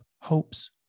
hopes